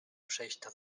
przejść